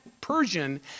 Persian